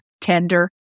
tender